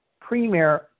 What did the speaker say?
Premier